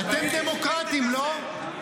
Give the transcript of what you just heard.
אתם דמוקרטים, לא?